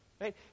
Right